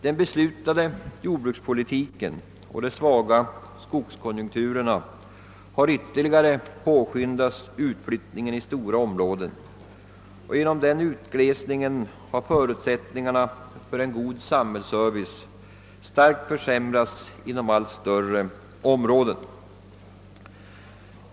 Den beslutade jordbrukspolitiken och de svaga skogskonjunkturerna har ytterligare påskyndat utflyttningen, och genom denna utglesning har förutsättningarna för en god samhällsservice starkt försämrats inom allt större områden.